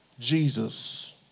Jesus